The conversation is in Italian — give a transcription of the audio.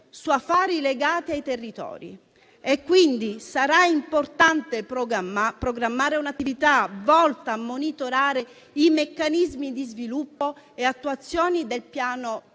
su affari legati ai territori. Sarà quindi importante programmare un'attività volta a monitorare i meccanismi di sviluppo e attuazione del Piano nazionale